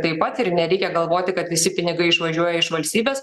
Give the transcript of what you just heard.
taip pat ir nereikia galvoti kad visi pinigai išvažiuoja iš valstybės